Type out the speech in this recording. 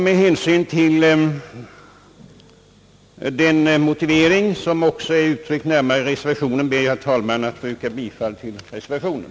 Med hänvisning till den motivering som är uttryckt i reservationen ber jag, herr talman, att få yrka bifall till reservationen.